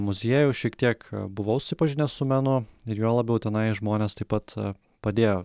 muziejuj šiek tiek buvau susipažinęs su menu ir juo labiau tenai žmonės taip pat padėjo